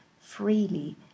freely